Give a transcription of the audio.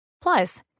Plus